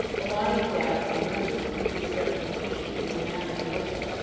alarming doubts and rumours quickly spread confusion through the massed militia,